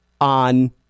on